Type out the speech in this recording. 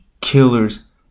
killers